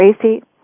Tracy